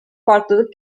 farklılık